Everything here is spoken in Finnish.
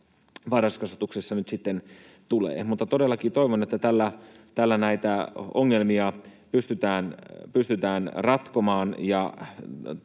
varhaiskasvatuksessa nyt sitten tulee. Todellakin toivon, että tällä näitä ongelmia pystytään ratkomaan ja